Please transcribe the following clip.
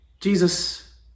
Jesus